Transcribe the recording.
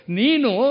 nino